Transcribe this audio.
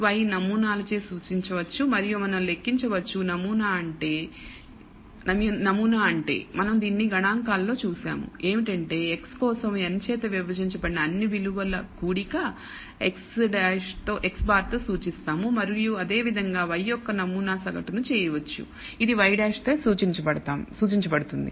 xiyi నమూనాలచే సూచించవచ్చు మరియు మనం లెక్కించవచ్చు నమూనా అంటే మనం దీనిని గణాంకాలలో చూశాము ఏమిటంటే x కోసం n చేత విభజించబడిన అన్ని విలువల కూడిక x̅ తో సూచిస్తాము మరియు అదేవిధంగా y యొక్క నమూనా సగటును చేయవచ్చు ఇది y̅ చే సూచించబడుతుంది